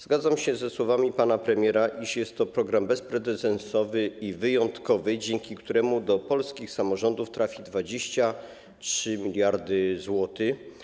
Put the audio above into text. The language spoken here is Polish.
Zgadzam się ze słowami pana premiera, iż jest to program bezprecedensowy i wyjątkowy, dzięki któremu do polskich samorządów trafią 23 mld zł.